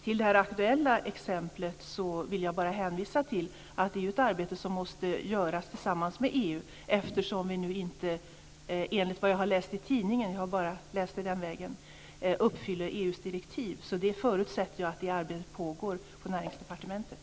Till det aktuella exemplet vill jag bara hänvisa till att det är ett arbete som måste göras tillsammans med EU, eftersom vi nu inte enligt vad jag läst i tidningen - jag har bara läst det den vägen - uppfyller EU:s direktiv. Jag förutsätter att det arbetet pågår på Näringsdepartementet.